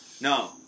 no